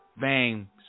bang